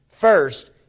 first